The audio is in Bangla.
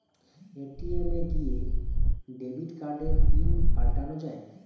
এ.টি.এম এ গিয়ে ডেবিট কার্ডের পিন পাল্টানো যায়